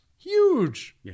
huge